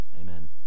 Amen